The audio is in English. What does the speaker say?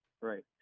right